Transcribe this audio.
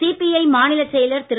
CBI மாநிலச் செயலர் திரு